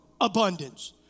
abundance